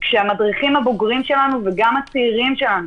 כשהמדריכים הבוגרים שלנו וגם הצעירים שלנו,